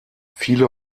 viele